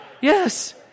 Yes